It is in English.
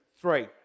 Three